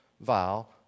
vial